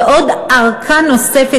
ועוד ארכה נוספת,